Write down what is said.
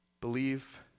believe